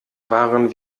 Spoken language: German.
waren